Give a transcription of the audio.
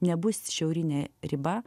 nebus šiaurinė riba